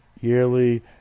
yearly